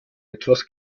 etwas